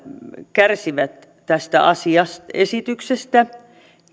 kärsivät tästä esityksestä